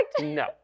No